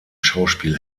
schauspiel